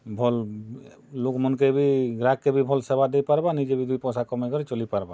ଭଲ୍ ଏ ଲୋକ୍ ମାନ୍ କେ ବି ଗ୍ରାହକ୍ କେ ବି ଭଲ୍ ସେବା ଦେଇ ପାରବା ନିଜେ ବି ଦୁଇ ପଇସା କମେଇ କିରି ଚଲି ପାରବା